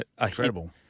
incredible